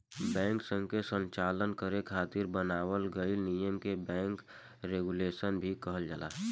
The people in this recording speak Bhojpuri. बैंकसन के संचालन करे खातिर बनावल गइल नियम के बैंक रेगुलेशन भी कहल जाला